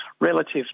relative